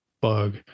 bug